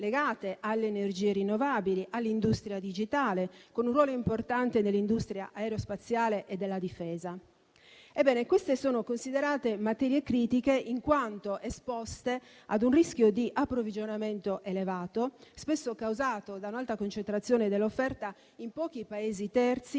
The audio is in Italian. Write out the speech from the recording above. legate alle energie rinnovabili e all'industria digitale, con un ruolo importante nell'industria aerospaziale e della difesa. Ebbene, queste sono considerate materie critiche, in quanto esposte a un rischio di approvvigionamento elevato, spesso causato da un'alta concentrazione dell'offerta in pochi Paesi terzi,